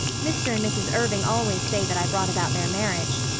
mr. and mrs. irving always say that i brought about their marriage.